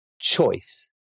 choice